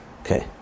Okay